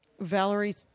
Valerie